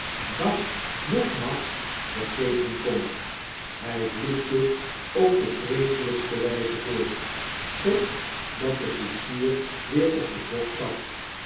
dag noch nacht vergeten kon hij vloekte op de vreeselijkste wijze voort totdat de koetsier weer op den bok zat